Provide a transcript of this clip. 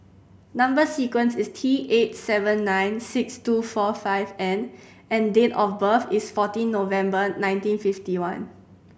number sequence is T eight seven nine six two four five N and date of birth is fourteen November nineteen fifty one